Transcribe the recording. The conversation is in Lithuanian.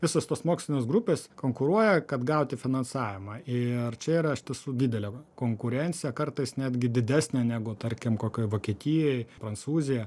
visos tos mokslinės grupės konkuruoja kad gauti finansavimą ir čia yra iš tiesų didelė konkurencija kartais netgi didesnė negu tarkim kokioj vokietijoj prancūzija